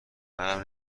منم